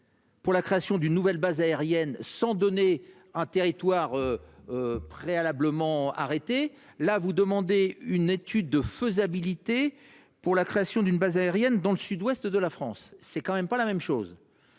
Pour la création d'une nouvelle base aérienne sans donner un territoire. Préalablement arrêtée là, vous demandez une étude de faisabilité pour la création d'une base aérienne dans le Sud-Ouest de la France, c'est quand même pas la même chose.